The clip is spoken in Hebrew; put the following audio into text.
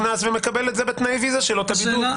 מקבל את זה בתנאי ויזה שלו את הבידוד.